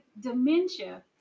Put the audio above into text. dementia